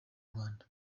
rwanda